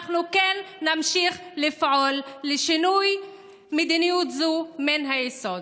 אנחנו כן נמשיך לפעול לשינוי מדיניות זו מן היסוד.